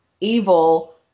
evil